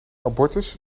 abortus